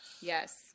yes